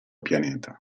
pianeta